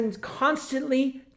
constantly